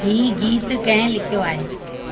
हीउ गीतु कंहिं लिखियो आहे